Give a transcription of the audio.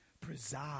preside